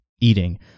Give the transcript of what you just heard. eating